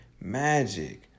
Magic